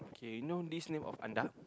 K you know this name of Andak